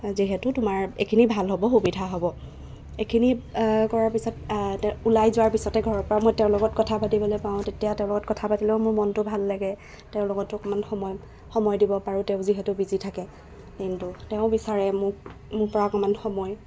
যিহেতু তোমাৰ এইখিনি ভাল হ'ব সুবিধা হ'ব এইখিনি কৰাৰ পিছত ওলাই যোৱা পিছতে ঘৰৰ পৰা মই তেওঁ লগত কথা পাতিবলৈ পাওঁ তেতিয়া তেওঁ লগত কথা পাতিলেও মোৰ মনটো ভাল লাগে তেওঁ লগতো অকণমান সময় সময় দিব পাৰোঁ তেওঁ যিহেতু বিজি থাকে দিনটো তেওঁ বিচাৰে মোক মোৰ পৰা অকণমান সময়